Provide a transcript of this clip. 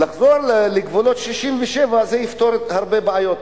לחזור לגבולות 67' זה יפתור הרבה בעיות.